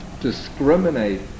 discriminate